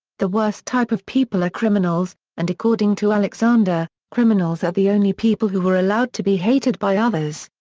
the worst type of people are criminals, and according to alexander, criminals are the only people who are allowed to be hated by others.